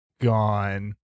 gone